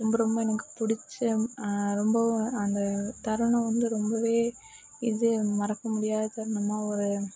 ரொம்ப ரொம்ப எனக்கு பிடிச்ச ரொம்பவும் அந்த தருணம் வந்து ரொம்பவே இது மறக்கமுடியாது தருணமாக ஒரு